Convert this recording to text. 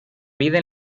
vida